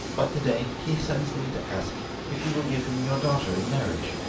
but to-day he sends me to ask if you will give him your daughter in marriage